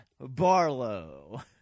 Barlow